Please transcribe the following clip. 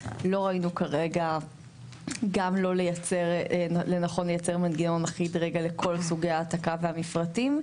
לא ראינו כרגע לנכון לייצר מנגנון אחיד גם לכל סוגי ההעתקה והמפרטים,